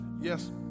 Yes